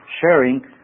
sharing